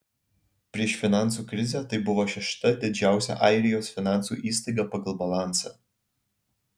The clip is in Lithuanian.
prieš finansų krizę tai buvo šešta didžiausia airijos finansų įstaiga pagal balansą